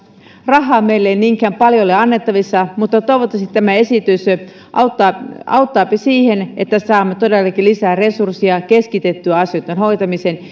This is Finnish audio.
rahaa meillä ei niinkään paljon ole annettavissa mutta toivottavasti tämä esitys auttaa auttaa siihen että saamme todellakin lisää resursseja keskitettyä asioitten hoitamiseen